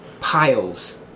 piles